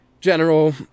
general